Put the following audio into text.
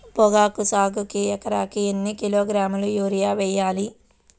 పొగాకు సాగుకు ఎకరానికి ఎన్ని కిలోగ్రాముల యూరియా వేయాలి?